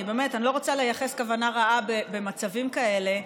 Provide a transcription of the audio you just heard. אני לא רוצה לייחס כוונה רעה במצבים כאלה,